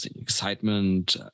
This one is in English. excitement